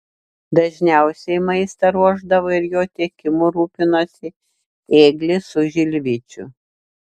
dažniausiai maistą ruošdavo ir jo tiekimu rūpinosi ėglis su žilvičiu